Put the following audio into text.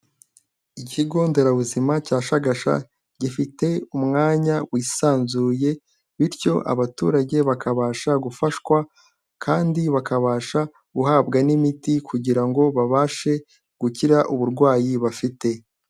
Ikigo Nderabuzima cya Shagasha, gifite umwanya wisanzuye, bityo abaturage bakabasha gufashwa, kandi bakabasha guhabwa n'imiti, kugira ngo babashe gukira uburwayi bafite.